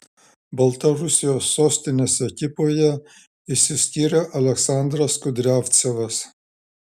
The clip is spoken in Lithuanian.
baltarusijos sostinės ekipoje išsiskyrė aleksandras kudriavcevas